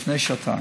לפני שעתיים.